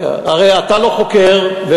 הרי אתה לא חוקר,